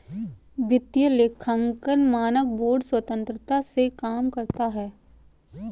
वित्तीय लेखांकन मानक बोर्ड स्वतंत्रता से काम करता है